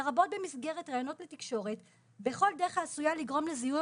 לרבות במסגרת ריאיונות לתקשורת בכל דרך העשויה לגרום לזיהוי